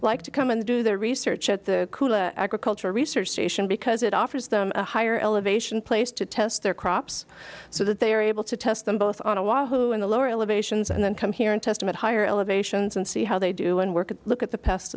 like to come and do their research at the agricultural research station because it offers them a higher elevation place to test their crops so that they are able to test them both on a wahoo in the lower elevations and then come here and testament higher elevations and see how they do and work and look at the past